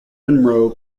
monroe